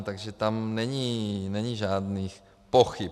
Takže tam není žádných pochyb.